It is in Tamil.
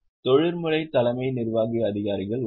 தொழில்முறை தலைமை நிர்வாக அதிகாரிகள் உள்ளனர்